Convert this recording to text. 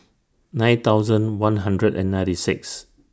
nine thousand one hundred and ninety six